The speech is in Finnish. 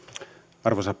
arvoisa